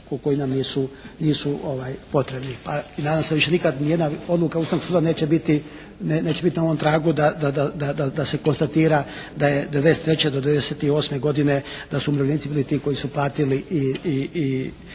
koji nam nisu potrebni, pa i nadam se da više nikad ni jedna odluka Ustavnog suda neće biti na ovom tragu da se konstatira da je od '93. do '98. godine da su umirovljenici bili ti koji su platili i